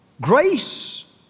Grace